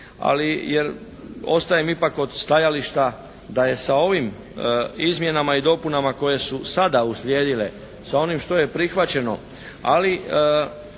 Ali ostajem ipak kod stajališta da je sa ovim izmjenama i dopunama koje su sada uslijedile sa onim što je prihvaćeno, ali